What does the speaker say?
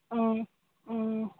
ও